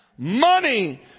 Money